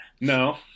No